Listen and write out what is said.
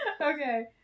Okay